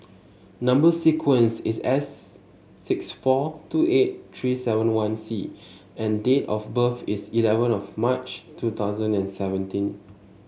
number sequence is S six four two eight three seven one C and date of birth is eleven of March two thousand and seventeen